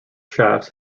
shafts